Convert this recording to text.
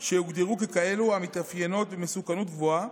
שהוגדרו ככאלה המתאפיינות במסוכנות גבוהה,